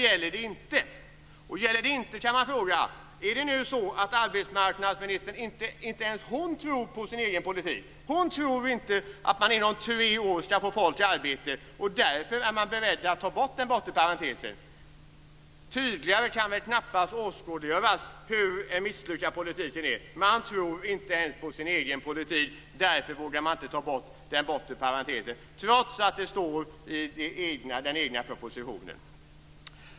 Gäller det inte kan man fråga: Är det så att inte ens arbetsmarknadsministern tror på sin egen politik, att man inom tre år skall få människor i arbete, och därför är beredd att ta bort den bortre parentesen? Tydligare kan det väl knappast åskådliggöras hur misslyckad politiken är. Man tror inte ens på sin egen politik och därför vågar man inte ta bort den bortre parentesen, trots att det står att man skall göra det i den egna propositionen.